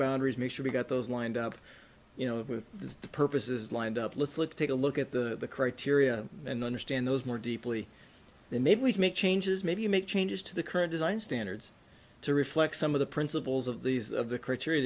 boundaries make sure we've got those lined up you know with the purposes lined up let's look take a look at the criteria and understand those more deeply then maybe we can make changes maybe make changes to the current design standards to reflect some of the principles of these of the critter